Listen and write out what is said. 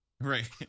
Right